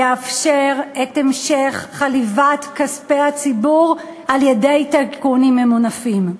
יאפשר את המשך חליבת כספי הציבור על-ידי טייקונים ממונפים.